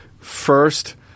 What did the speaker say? first